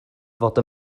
fod